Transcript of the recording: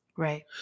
right